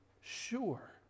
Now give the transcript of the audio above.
sure